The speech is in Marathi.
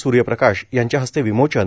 सूर्यप्रकाश यांच्या हस्ते विमोचन